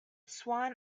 swan